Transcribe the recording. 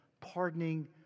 Pardoning